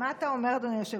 מה אתה אומר, אדוני היושב-ראש?